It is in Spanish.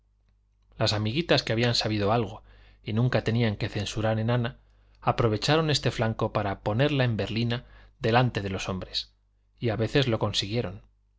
las amiguitas que habían sabido algo y nunca tenían qué censurar en ana aprovecharon este flaco para ponerla en berlina delante de los hombres y a veces lo consiguieron